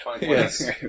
Yes